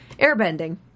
airbending